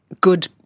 Good